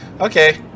Okay